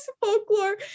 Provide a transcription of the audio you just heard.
folklore